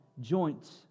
joints